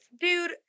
Dude